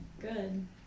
Good